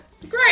Great